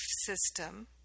system